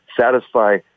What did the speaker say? satisfy